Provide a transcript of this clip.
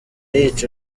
yica